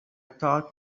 thought